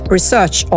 Research